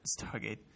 Stargate